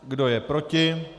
Kdo je proti?